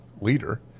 leader